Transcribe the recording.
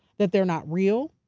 that they're not real.